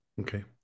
Okay